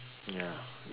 ya